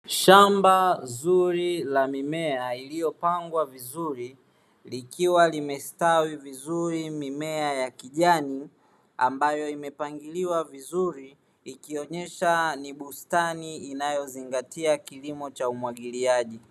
Shamba zuri la mimea iliyopangwa vizuri, likiwa limestawi vizuri, mimea ya kijani ambayo imepangiliwa vizuri, ikionyesha ni bustani inayozingatia kilimo cha umwagiliaji.